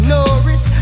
Norris